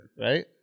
Right